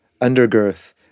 undergirth